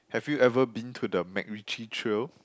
have you ever been to the MacRitchie trail